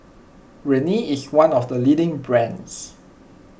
Rene is one of the leading brands